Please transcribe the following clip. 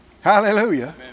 Hallelujah